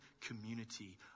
community